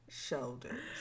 shoulders